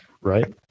right